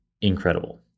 incredible